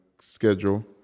schedule